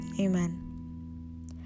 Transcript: Amen